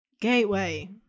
Gateway